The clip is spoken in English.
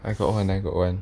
I got one I got one